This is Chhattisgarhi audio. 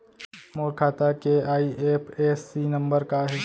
मोर खाता के आई.एफ.एस.सी नम्बर का हे?